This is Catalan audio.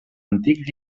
antic